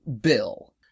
Bill